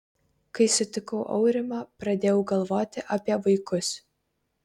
kai sutikau aurimą pradėjau galvoti apie vaikus